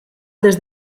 des